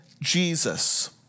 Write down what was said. Jesus